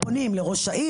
פונים לראש העיר.